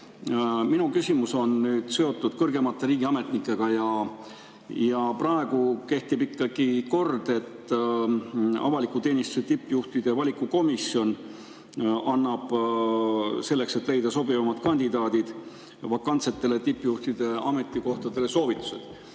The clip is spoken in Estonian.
Minu küsimus on seotud kõrgemate riigiametnikega. Praegu kehtib ikkagi kord, et avaliku teenistuse tippjuhtide valiku komisjon annab selleks, et leida sobivamad kandidaadid vakantsetele tippjuhtide ametikohtadele, soovitused.